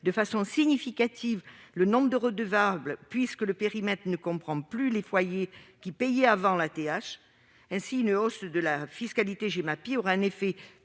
de façon significative le nombre de redevables, puisque le périmètre ne comprend plus les foyers qui s'acquittaient auparavant de cette taxe. Ainsi, une hausse de la fiscalité Gemapi aura un effet